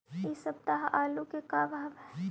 इ सप्ताह आलू के का भाव है?